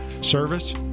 Service